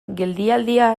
geldialdia